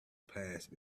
passed